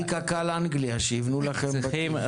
מצדי שקק"ל אנגליה ייבנו לכם בתים.